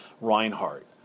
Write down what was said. Reinhardt